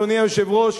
אדוני היושב-ראש,